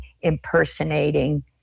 impersonating